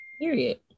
period